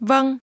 Vâng